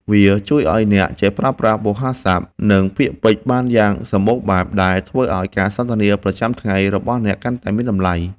វាជួយឱ្យអ្នកចេះប្រើប្រាស់វោហារស័ព្ទ និងពាក្យពេចន៍បានយ៉ាងសម្បូរបែប ដែលធ្វើឱ្យការសន្ទនាប្រចាំថ្ងៃរបស់អ្នកកាន់តែមានតម្លៃ។